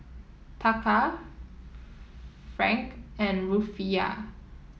Taka franc and Rufiyaa